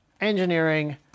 engineering